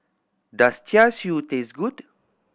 does Char Siu taste good